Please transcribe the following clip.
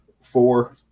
four